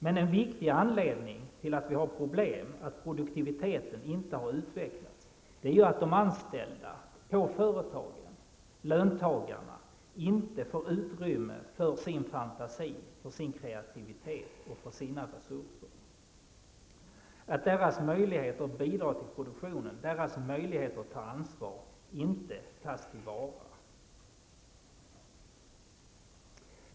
Men en viktig anledning till att vi har problem, att produktiviteten inte har utvecklats, är ju att de anställda i företagen, löntagarna, inte får utrymme för sin fantasi, för sin kreativitet och för sina resurser, att deras möjligheter att bidra till produktionen, deras möjlighet att ta ansvar, inte tas till vara.